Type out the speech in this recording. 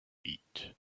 eat